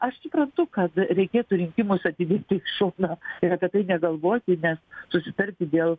aš suprantu kad reikėtų rinkimus atidėti į šoną ir apie tai negalvoti nes susitarti dėl